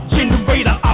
Generator